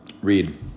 Read